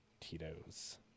Tito's